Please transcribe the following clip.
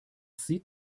sieht